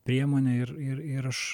priemonė ir ir ir aš